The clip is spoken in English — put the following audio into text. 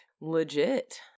legit